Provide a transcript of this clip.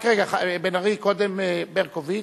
רק רגע, בן-ארי, קודם ברקוביץ